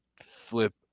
flip